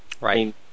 Right